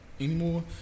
anymore